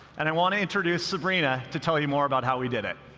and i want to introduce sabrina to tell you more about how we did it.